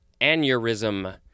aneurysm